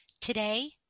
Today